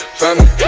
family